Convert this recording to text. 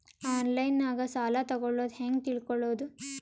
ಆನ್ಲೈನಾಗ ಸಾಲ ತಗೊಳ್ಳೋದು ಹ್ಯಾಂಗ್ ತಿಳಕೊಳ್ಳುವುದು?